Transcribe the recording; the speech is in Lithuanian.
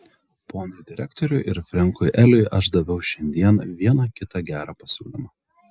ponui direktoriui ir frenkui eliui aš daviau šiandien vieną kitą gerą pasiūlymą